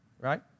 right